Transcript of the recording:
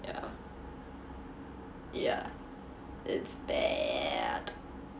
ya ya it's bad